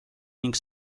ning